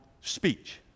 speech